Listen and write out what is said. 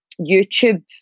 YouTube